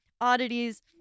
oddities